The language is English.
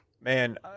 Man